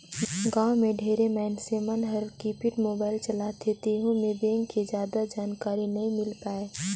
गांव मे ढेरे मइनसे मन हर कीपेड मोबाईल चलाथे तेहू मे बेंक के जादा जानकारी नइ मिल पाये